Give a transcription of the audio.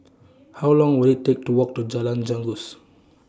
How Long Will IT Take to Walk to Jalan Janggus